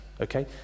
Okay